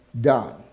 done